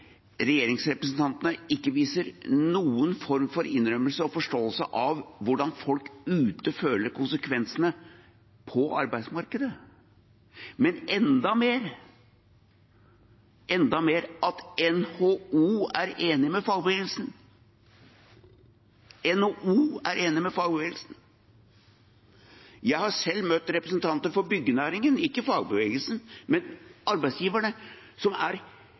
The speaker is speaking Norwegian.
regjeringsrepresentantene ikke viser noen form for innrømmelse eller forståelse av hvordan folk der ute føler konsekvensene på arbeidsmarkedet, men enda mer det at NHO er enig med fagbevegelsen. NHO er enig med fagbevegelsen! Jeg har selv møtt representanter for byggenæringen, ikke fagbevegelsen, men arbeidsgiverne, som